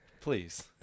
please